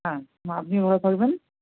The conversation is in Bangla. হ্যাঁ আপনিও ভালো থাকবেন